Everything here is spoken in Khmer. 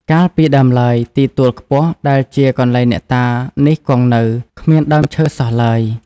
កាលពីដើមឡើយ ទីទួលខ្ពស់ដែលជាកន្លែងអ្នកតានេះគង់នៅ គ្មានដើមឈើសោះឡើយ ។